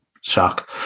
shock